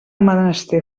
menester